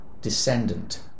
descendant